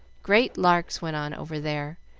great larks went on over there,